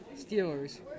Steelers